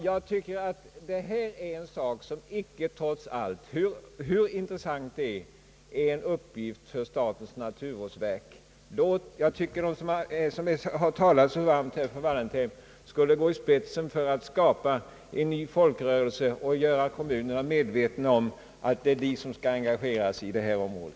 Jag anser att detta med koloniträdgårdarna, hur intressant saken än är, likväl icke är en uppgift för statens naturvårdsverk. De som talat så varmt för detta, fru Wallentheim, borde i stället gå i spetsen för att skapa en ny folkrörelse och göra kommunerna medvetna om att de borde engagera sig på detta område.